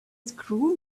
screw